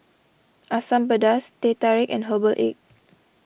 Asam Pedas Teh Tarik and Herbal Egg